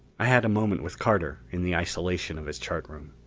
i had a moment with carter in the isolation of his chart room.